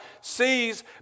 sees